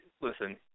listen